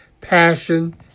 passion